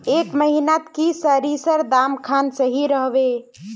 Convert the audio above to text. ए महीनात की सरिसर दाम खान सही रोहवे?